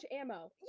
ammo